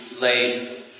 laid